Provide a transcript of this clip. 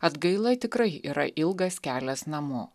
atgaila tikrai yra ilgas kelias namo